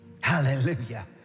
Hallelujah